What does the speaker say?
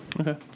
Okay